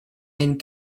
and